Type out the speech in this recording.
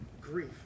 grief